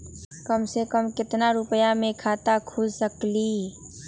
कम से कम केतना रुपया में खाता खुल सकेली?